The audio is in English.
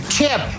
Chip